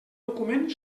document